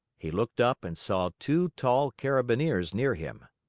he looked up and saw two tall carabineers near him.